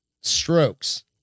strokes